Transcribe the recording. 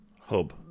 hub